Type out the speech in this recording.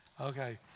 Okay